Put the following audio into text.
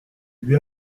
lui